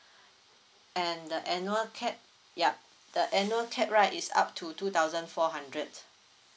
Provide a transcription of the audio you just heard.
and the annual cap yup the annual cap right is up to two thousand four hundred